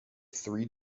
three